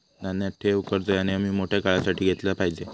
ध्यानात ठेव, कर्ज ह्या नेयमी मोठ्या काळासाठी घेतला पायजे